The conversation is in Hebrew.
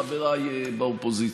חבריי באופוזיציה.